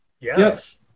Yes